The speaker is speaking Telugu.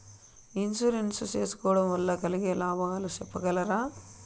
ఇన్సూరెన్సు సేసుకోవడం వల్ల కలిగే లాభాలు సెప్పగలరా?